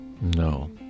no